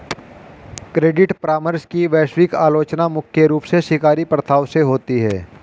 credit परामर्श की वैश्विक आलोचना मुख्य रूप से शिकारी प्रथाओं से होती है